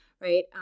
right